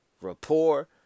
rapport